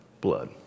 Blood